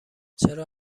چرا